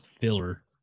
filler